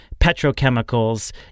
petrochemicals